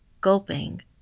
Gulping